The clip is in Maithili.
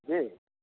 जी